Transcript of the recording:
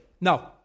No